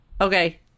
Okay